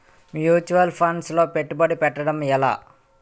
Mutual funds లో పెట్టుబడి పెట్టడం ఎలా?